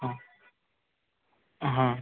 हाँ